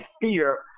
fear